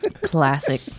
Classic